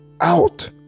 out